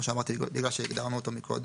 כי כבר הגדרנו את זה קודם.